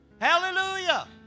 Hallelujah